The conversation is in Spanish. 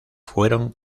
fueron